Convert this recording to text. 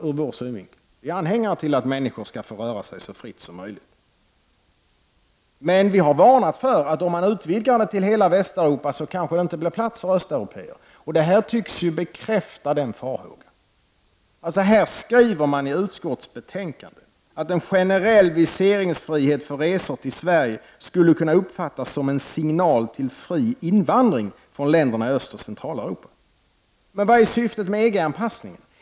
Vi i miljöpartiet är anhängare till att människor skall få röra sig så fritt som möjligt. Men vi har varnat för att om detta utvidgas till hela Västeuropa kanske det inte blir plats för östeuropéer. Detta tycks ju bekräfta den farhågan. Utskottsmajoriteten skriver i betänkandet att en generell viseringsfrihet för resor till Sverige skulle kunna uppfattas som en signal till fri invandring från länderna i Östoch Centraleuropa. Men vilket är syftet med EG-anpassningen?